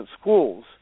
schools